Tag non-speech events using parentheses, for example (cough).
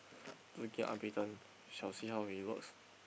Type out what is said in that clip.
(breath) to get unbeaten shall see how it works